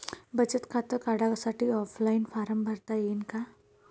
बचत खातं काढासाठी ऑफलाईन फारम भरता येईन का?